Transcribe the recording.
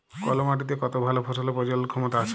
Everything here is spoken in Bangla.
কল মাটিতে কত ভাল ফসলের প্রজলল ক্ষমতা আছে